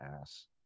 ass